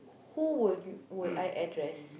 who would you would I address